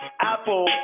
apple